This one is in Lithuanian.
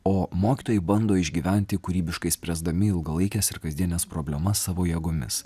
o mokytojai bando išgyventi kūrybiškai spręsdami ilgalaikes ir kasdienes problemas savo jėgomis